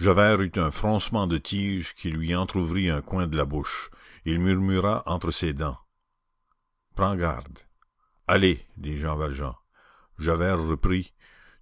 eut un froncement de tige qui lui entrouvrit un coin de la bouche et il murmura entre ses dents prends garde allez dit jean valjean javert reprit